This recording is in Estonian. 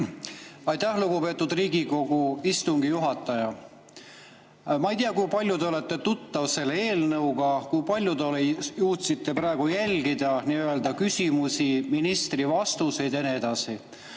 Aitäh, lugupeetud Riigikogu istungi juhataja! Ma ei tea, kui hästi te olete tuttav selle eelnõuga, kui palju te jõudsite praegu jälgida küsimusi, ministri vastuseid ja nii edasi.